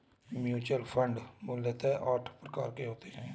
mutual fund मूलतः आठ प्रकार के होते हैं